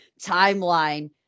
timeline